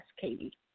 Katie